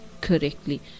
correctly